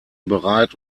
bereit